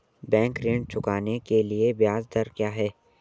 Bank ऋण चुकाने के लिए ब्याज दर क्या है?